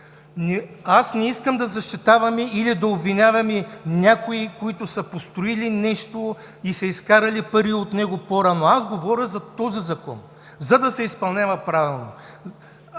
Не искам да защитаваме или обвиняваме някои хора, които са построили нещо и са изкарали пари от него по-рано. Аз говоря за този Закон, за да се изпълнява правилно.